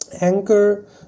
Anchor